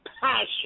passion